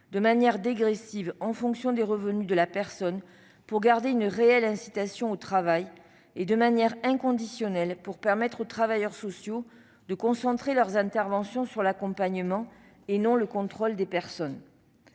de manière dégressive en fonction des revenus de la personne, pour garder une réelle incitation au travail, et de manière inconditionnelle, pour permettre aux travailleurs sociaux de concentrer leurs interventions sur l'accompagnement et non sur le contrôle des personnes.